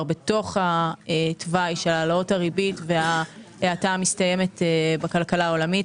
בתוך תוואי של העלאות הריבית וההאטה המסתיימת בכלכלה העולמית,